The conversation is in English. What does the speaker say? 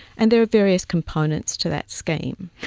and there are various components to that scheme.